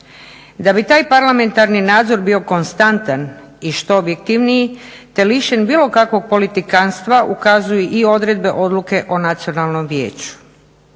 Da bi taj parlamentarni nadzor bio konstantan i što objektivniji te lišen bilo kakvog politikantstva ukazuju i odredbe Odluke o nacionalnom vijeću.